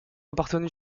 appartenu